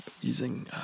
using